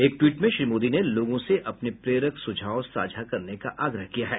एक ट्वीट में श्री मोदी ने लोगों से अपने प्रेरक सुझाव साझा करने का आग्रह किया है